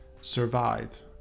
survive